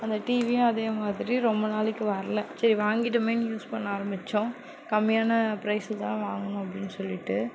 அந்த டிவியும் அதே மாதிரி ரொம்ப நாளைக்கு வரல சரி வாங்கிவிட்டோமேன் யூஸ் பண்ண ஆரமித்தோம் கம்மியான ப்ரைஸ்சில் தான் வாங்கினோம் அப்படின் சொல்லிவிட்டு